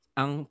ang